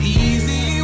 easy